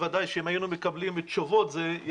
בוודאי שאם היינו מקבלים תשובות זה היה